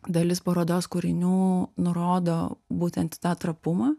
dalis parodos kūrinių nurodo būtent tą trapumą